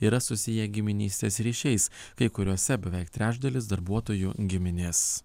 yra susiję giminystės ryšiais kai kuriose beveik trečdalis darbuotojų giminės